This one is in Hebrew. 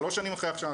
שלוש שנים אחרי ההכשרה,